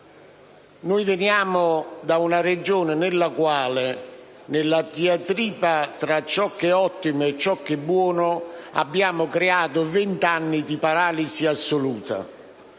Noi veniamo da una Regione nella quale, nella diatriba tra ciò che è ottimo e ciò che è buono, abbiamo creato vent'anni di paralisi assoluta.